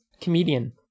comedian